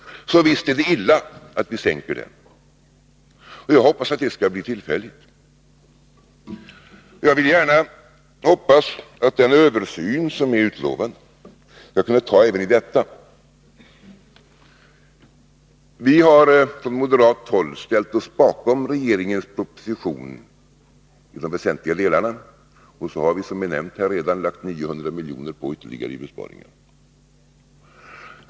Så visst är det illa att vi sänker nivån. Jag hoppas att det skall bli tillfälle att taigen detta, och jag hoppas att den översyn som är utlovad skall kunna ta tag även i detta. Från moderat håll har vi ställt oss bakom regeringens proposition i de väsentliga delarna. Som nämnts har vi föreslagit 900 milj.kr. i ytterligare besparingar.